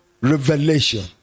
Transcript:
revelation